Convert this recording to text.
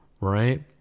Right